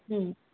হুম